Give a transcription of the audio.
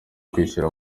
kwishyura